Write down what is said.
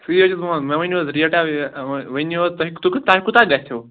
مےٚ ؤنِو حظ ریٹہ یہِ ؤنِو حظ تُہۍ تۄہہِ کوٗتاہ گَژھیٚو